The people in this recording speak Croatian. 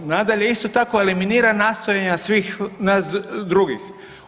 Nadalje, isto tako eliminira nastojanja svih nas drugih.